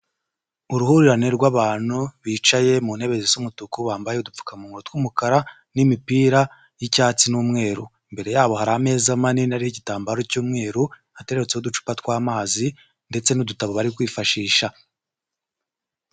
Uruhurirane rw'abantu bicaye mu ntebe zisa umutuku, bambaye udupfukamunwa tw'umukara n'imipira y'icyatsi n'umweru, imbere yabo hari ameza manini ariho igitambaro cy'umweru, hateretseho uducupa tw'amazi ndetse n'udutabo bari kwifashisha.